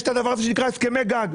יש את הדבר הזה שנקרא הסכמי גג.